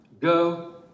go